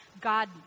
God